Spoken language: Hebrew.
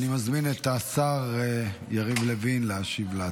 אני מזמין את השר יריב לוין להשיב על ההצעה.